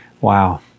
Wow